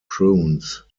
prunes